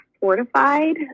fortified